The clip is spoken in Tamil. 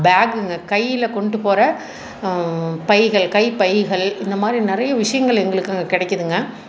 பேகுங்க கையில் கொண்டு போகிற பைகள் கைப்பைகள் இந்தமாதிரி நிறைய விஷயங்கள் எங்களுக்கு கிடைக்கிதுங்க